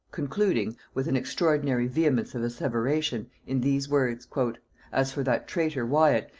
concluding, with an extraordinary vehemence of asseveration, in these words as for that traitor wyat,